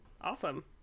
Awesome